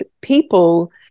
people